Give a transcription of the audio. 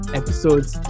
episodes